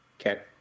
Okay